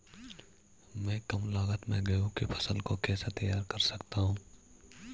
मैं कम लागत में गेहूँ की फसल को कैसे तैयार कर सकता हूँ?